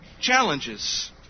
challenges